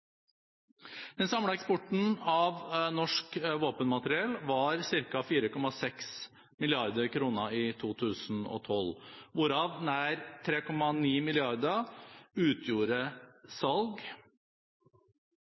Den samlede verdien av eksporten av norsk våpenmateriell var ca. 4,6 mrd. kr i 2012, hvorav nær 3,9 mrd. kr utgjorde salg. Våpen og ammunisjon, A-materiell, utgjorde